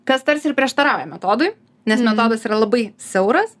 kas tarsi ir prieštarauja metodui nes metodas yra labai siauras